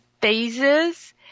phases